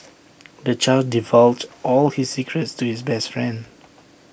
the child divulged all his secrets to his best friend